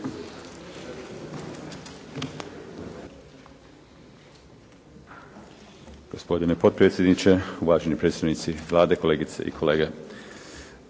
Hvala vam.